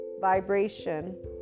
vibration